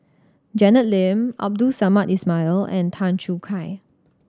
Janet Lim Abdul Samad Ismail and Tan Choo Kai